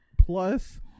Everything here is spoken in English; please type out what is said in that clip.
plus